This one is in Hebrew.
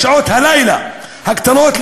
בשעות הלילה הקטנות,